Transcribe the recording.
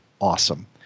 awesome